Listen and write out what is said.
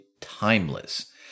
timeless